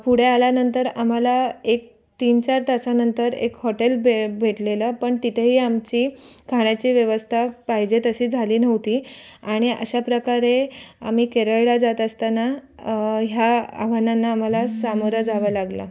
पुढे आल्यानंतर आम्हाला एक तीनचार तासांनंतर एक हॉटेल भे भेटलेलं पन तिथेही आमची खाण्याची व्यवस्था पाहिजे तशी झाली नव्हती आणि अशा प्रकारे आम्ही केरळला जात असताना ह्या आव्हानांना आम्हाला सामोरं जावं लागलं